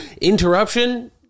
interruption